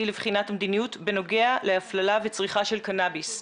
לבחינת המדיניות בנוגע להפללה וצריכה של קנאביס,